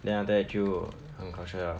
then after that 就很 liao